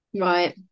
Right